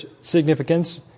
significance